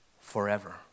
forever